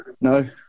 No